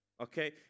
Okay